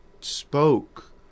spoke